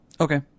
Okay